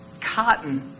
cotton